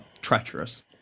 treacherous